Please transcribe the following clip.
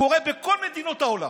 קורה בכל מדינות העולם.